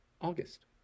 August